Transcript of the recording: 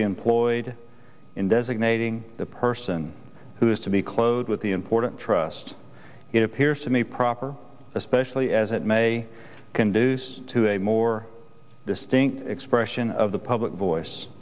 be employed in designating the person who is to be closed with the important trust it appears to me proper especially as it may conducive to a more distinct expression of the public voice